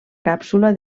càpsula